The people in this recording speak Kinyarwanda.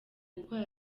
gukora